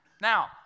Now